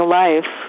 life